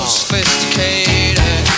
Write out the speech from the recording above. sophisticated